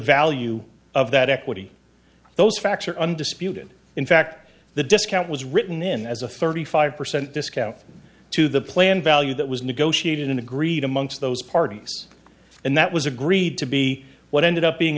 value of that equity those facts are undisputed in fact the discount was written in as a thirty five percent discount to the plan value that was negotiated and agreed amongst those parties and that was agreed to be what ended up being